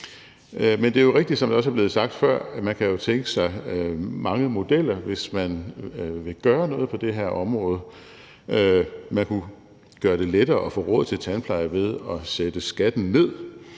Men det er jo rigtigt, som det også er blevet sagt før, at man kan tænke sig mange modeller, hvis man vil gøre noget på det her område. Man kunne gøre det lettere at få råd til tandpleje ved at sætte skatten ned,